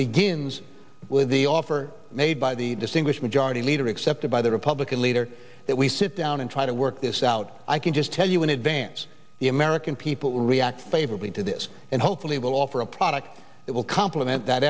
begins with the offer made by the distinguished majority leader accepted by the republican leader that we sit down and try to work this out i can just tell you in advance the american people will react favorably to this and hopefully will offer a product that will compliment that